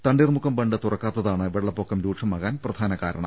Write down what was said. Thanneermukkom bund തുറക്കാത്താണ് വെള്ളപ്പൊക്കം രൂക്ഷമാകാൻ പ്രധാന കാരണം